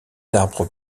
arbres